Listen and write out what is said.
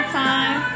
time